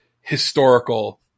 historical